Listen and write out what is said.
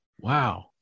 Wow